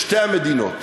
בשתי המדינות.